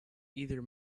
either